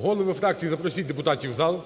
Голови фракцій, запросіть депутатів в зал.